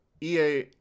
EA